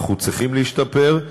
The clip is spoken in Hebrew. אנחנו צריכים להשתפר,